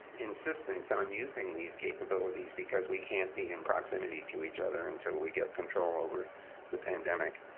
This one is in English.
insistence on using these capabilities because we can't be in proximity to each other until we get control over the pandemic.